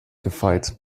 gefeit